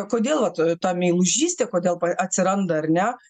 kodėl vat ta meilužystė kodėl atsiranda ar ne